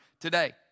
today